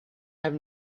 have